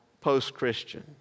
post-Christian